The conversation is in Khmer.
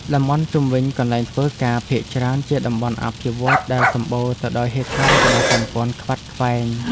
តំបន់ជុំវិញកន្លែងធ្វើការភាគច្រើនជាតំបន់អភិវឌ្ឍន៍ ដែលសម្បូរទៅដោយហេដ្ឋារចនាសម្ព័ន្ធខ្វាត់ខ្វែង។